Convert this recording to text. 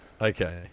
Okay